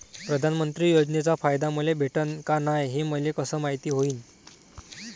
प्रधानमंत्री योजनेचा फायदा मले भेटनं का नाय, हे मले कस मायती होईन?